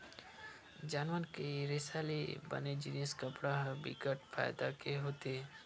जानवर के रेसा ले बने जिनिस कपड़ा ह बिकट फायदा के होथे